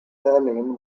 berlin